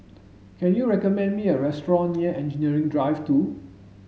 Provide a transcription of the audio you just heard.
can you recommend me a restaurant near Engineering Drive two